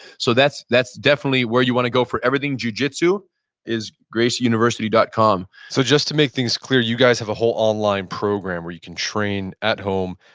so that's that's definitely where you want to go for everything jujitsu is gracieuniversity dot com so just to make things clear, you guys have a whole online program where you can train at home,